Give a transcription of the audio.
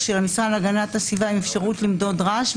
של המשרד להגנת הסביבה עם אפשרות למדוד רעש.